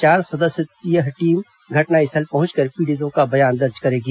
चार सदस्यीय यह टीम घटनास्थल पहुंचकर पीड़ितों का बयान दर्ज करेगी